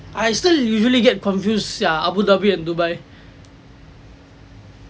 I still usually get confused sia abu dhabi and dubai